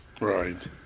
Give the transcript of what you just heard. Right